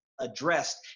addressed